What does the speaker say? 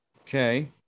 okay